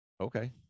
Okay